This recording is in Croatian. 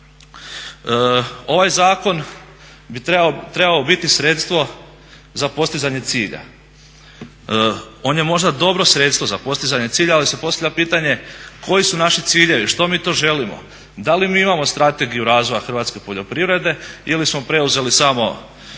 Ovaj zakon bi trebao biti sredstvo za postizanje cilja. On je možda dobro sredstvo za postizanje cilja ali se postavlja pitanje koji su naši ciljevi, što mi to želimo, da li mi imamo strategiju razvoja hrvatske poljoprivrede ili smo preuzeli